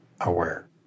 aware